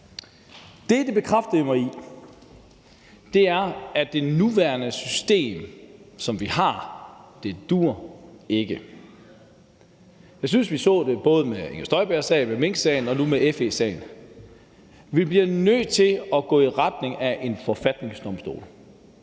Det, det bekræftede mig i, er, at det nuværende system, som vi har, ikke duer. Jeg synes, vi så det både med Inger Støjberg-sagen, med minksagen og nu også med FE-sagen. Vi bliver nødt til at gå i retning af en forfatningsdomstol;